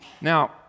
Now